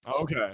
Okay